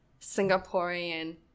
Singaporean